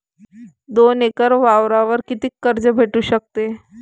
दोन एकर वावरावर कितीक कर्ज भेटू शकते?